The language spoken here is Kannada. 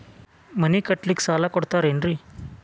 ಮನಿ ಕಟ್ಲಿಕ್ಕ ಸಾಲ ಕೊಡ್ತಾರೇನ್ರಿ?